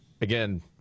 Again